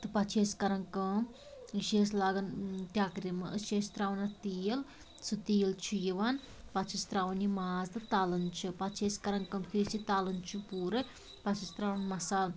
تہٕ پتہٕ چھِ أسۍ کران کٲم یہِ چھِ أسۍ لاگان ٹیٚکرِ مَنٛز أسۍ چھِ أسۍ ترٛاوان اَتھ تیٖل سُہ تیٖل چھُ یوان پتہٕ چھِس ترٛاوان یہِ ماز تہٕ تلان چھِ پتہٕ چھِ أسۍ کران کٲم یُتھُے أسۍ یہِ تلان چھِن پوٗرٕ پتہٕ چھِس ترٛاوان مصالہٕ